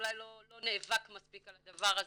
אולי לא נאבק מספיק על הדבר הזה,